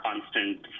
constant